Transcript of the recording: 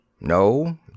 No